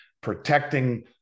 protecting